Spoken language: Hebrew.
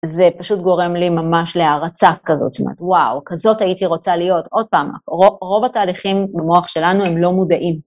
אז זה פשוט גורם לי ממש להערצה כזאת, זאת אומרת, וואו, כזאת הייתי רוצה להיות. עוד פעם, רוב התהליכים במוח שלנו הם לא מודעים.